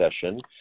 session